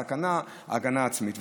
הסכנה וההגנה העצמית.